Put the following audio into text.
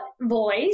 voice